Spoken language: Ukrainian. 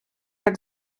так